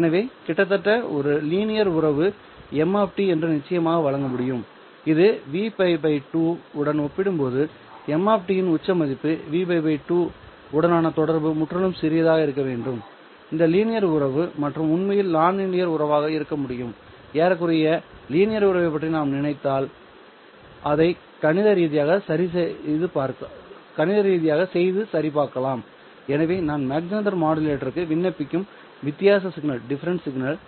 எனவே கிட்டத்தட்ட ஒரு லீனியர்உறவு m என்று நிச்சயமாக வழங்க முடியும் இது Vπ 2 உடன் ஒப்பிடும்போது m இன் உச்ச மதிப்பு Vπ 2 உடனான தொடர்பு முற்றிலும் சிறியதாக இருக்க வேண்டும் இந்த லீனியர் உறவு அல்லது உண்மையில் நான்லீனியர் உறவாக இருக்க முடியும்ஏறக்குறைய லீனியர் உறவைப் பற்றி நாம் நினைத்தால் அதை கணித ரீதியாகச் செய்து சரிபார்க்கலாம் எனவே நான் மாக் ஜெஹெண்டருக்கு விண்ணப்பிக்கும் வித்தியாச சிக்னல்